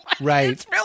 Right